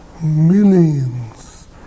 Millions